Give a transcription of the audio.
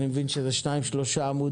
אני מבין שזה 3-2 עמודים,